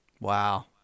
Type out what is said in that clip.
Wow